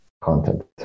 content